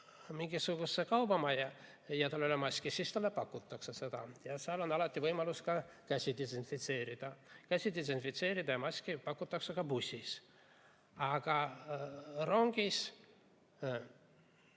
mingisugusesse kaubamajja ja tal ei ole maski, siis talle pakutakse seda. Seal on alati võimalus ka käsi desinfitseerida. Käsi desinfitseerida ja maski pakutakse ka bussis, aga rongis